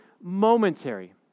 momentary